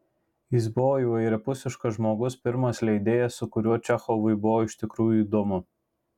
jis buvo įvairiapusiškas žmogus pirmas leidėjas su kuriuo čechovui buvo iš tikrųjų įdomu